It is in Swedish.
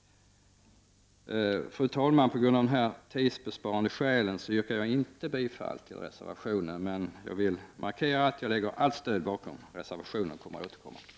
Fru talman! För att spara tid yrkar jag inte bifall till reservation 10, men jag vill markera att jag lägger allt mitt stöd bakom reservationen och har för avsikt att återkomma i frågan.